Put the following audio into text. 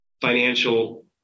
financial